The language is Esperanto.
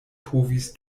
povis